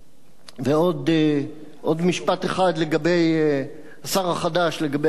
ועוד משפט אחד לגבי השר החדש, לגבי אבי דיכטר.